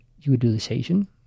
utilization